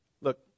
Look